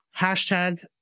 Hashtag